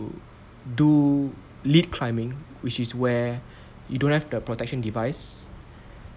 do lead climbing which is where you don't have the protection device